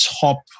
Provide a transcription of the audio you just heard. top